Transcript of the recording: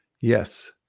Yes